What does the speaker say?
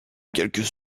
quelques